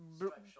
blue